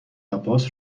عباس